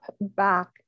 back